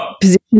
position